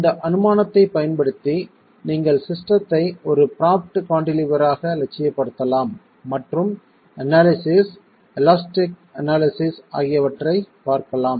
இந்த அனுமானத்தைப் பயன்படுத்தி நீங்கள் ஸிஸ்டெத்தை ஒரு ப்ராப்ட் கான்டிலீவராக இலட்சியப்படுத்தலாம் மற்றும் அனாலிசிஸ் எலாஸ்டிக் அனாலிசிஸ் ஆகியவற்றைப் பார்க்கலாம்